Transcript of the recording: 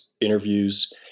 interviews